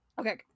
Okay